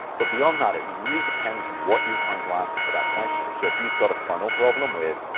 but beyond that, it really depends what you're trying to answer for that question. so if you've got a funnel problem with,